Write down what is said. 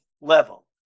level